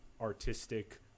artistic